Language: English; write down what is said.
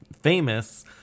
famous